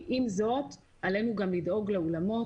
עם זאת, עלינו גם לדאוג לבעלי האולמות.